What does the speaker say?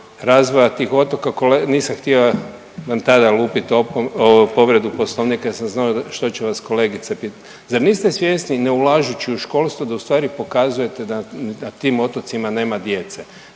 razvoja tih otoka. Nisam htio vam tada lupit povredu Poslovnika jer sam znao što će vas kolegice pitati. Zar niste svjesni ne ulažući u školstvo da u stvari pokazujete da na tim otocima nema djece,